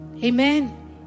Amen